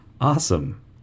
Awesome